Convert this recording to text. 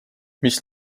mis